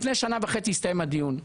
לפני שנה וחצי הסתיים הדיון.